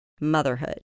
motherhood